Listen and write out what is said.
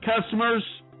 customers